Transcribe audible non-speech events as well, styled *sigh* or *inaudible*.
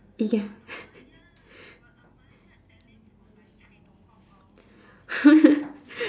ike~ *laughs* *laughs*